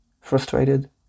Frustrated